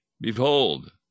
Behold